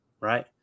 right